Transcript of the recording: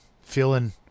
feeling